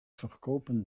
verkopen